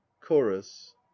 chorus